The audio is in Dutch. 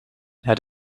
het